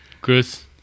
chris